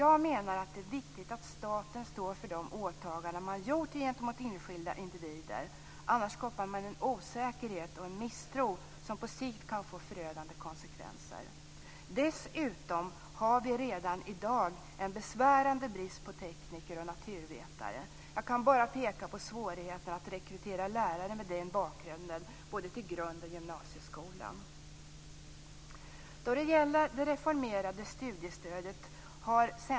Jag menar att det är viktigt att staten står för de åtaganden man gjort gentemot enskilda individer, annars skapar man en osäkerhet och en misstro som på sikt kan få förödande konsekvenser. Dessutom har vi redan i dag en besvärande brist på tekniker och naturvetare. Jag kan bara peka på svårigheten att rekrytera lärare med den bakgrunden både till grund och gymnasieskolan.